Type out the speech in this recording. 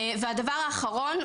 הדבר האחרון,